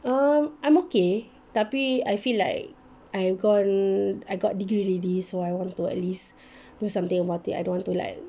um I'm okay tapi I feel like I gone I got degree already so I want to at least do something about it I don't want to like